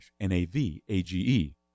N-A-V-A-G-E